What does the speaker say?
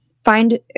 Find